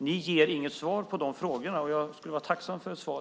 Ni ger inget svar på de här frågorna, och jag skulle vara tacksam för svar.